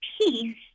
peace